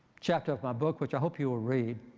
chapter of my book, which i hope you will read,